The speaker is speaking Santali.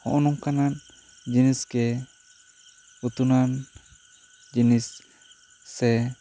ᱦᱚᱜᱼᱚᱭ ᱱᱚᱝᱠᱟᱱᱟᱱ ᱡᱤᱱᱤᱥ ᱜᱮ ᱩᱛᱱᱟᱹᱣᱟᱱ ᱡᱤᱱᱤᱥ ᱥᱮ